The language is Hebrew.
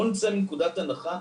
בואו נצא מנקודת הנחה,